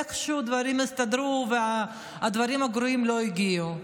איכשהו דברים יסתדרו והדברים הגרועים לא יגיעו.